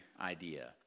idea